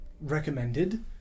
recommended